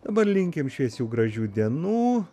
dabar linkim šviesių gražių dienų